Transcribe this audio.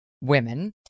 women